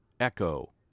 Echo